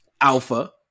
Alpha